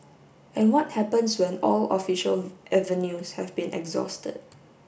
and what happens when all official avenues have been exhausted